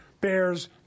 bears